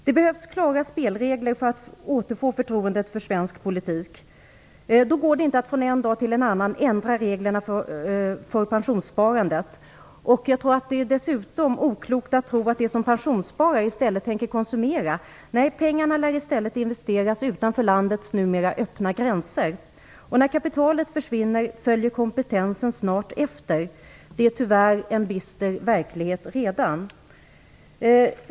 Det behövs klara spelregler för att återfå förtroendet för svensk politik. Då går det inte att från en dag till en annan ändra reglerna för pensionssparandet. Det är dessutom oklokt att tro att de som pensionssparar i stället tänker konsumera. Pengarna lär i stället investeras utanför landets numera öppna gränser. När kapitalet försvinner följer kompetensen snart efter. Det är tyvärr en bister verklighet redan.